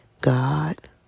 God